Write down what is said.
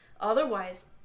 otherwise